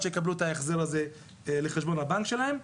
שיקבלו את ההחזר הזה לחשבון הבנק שלהם.